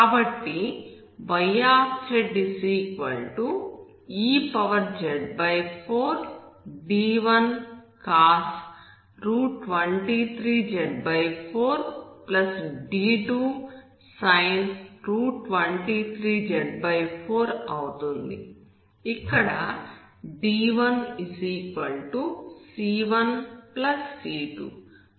కాబట్టి yzez4d1cos 23z4 d2sin 23z4 అవుతుంది ఇక్కడ d1c1c2 మరియు